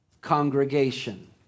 congregation